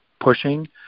pushing